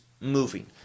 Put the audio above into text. moving